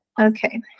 okay